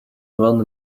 one